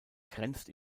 grenzt